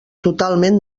totalment